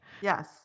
Yes